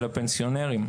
של הפנסיונרים,